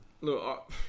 Look